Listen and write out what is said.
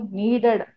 needed